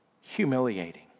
humiliating